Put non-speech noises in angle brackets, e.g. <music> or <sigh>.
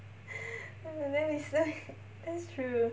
<breath> that is that's true